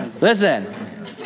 Listen